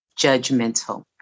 judgmental